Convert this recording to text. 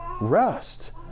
rest